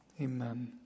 Amen